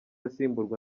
asimburwa